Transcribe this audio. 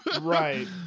Right